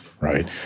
right